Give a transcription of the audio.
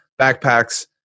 backpacks